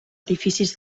edificis